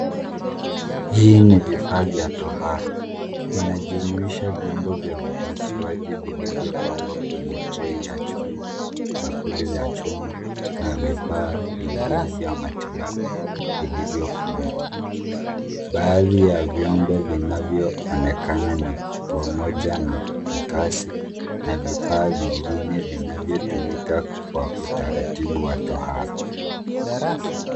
Hii ni vifaa vya tohara. Inajumuisha vyombo vya upasuaji vilivyopangwa kwenye trei ya chuma, bakuli za chuma na vifaa vingine vya matibabu vilivyofungwa. Baadhi ya vyombo vinavyoonekana ni pamoja na mikasi na vifaa vingine vinavyotumika kwa utaratibu wa tohara.